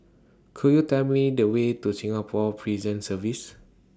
Could YOU Tell Me The Way to Singapore Prison Service